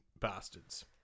bastards